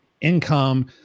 income